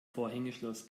vorhängeschloss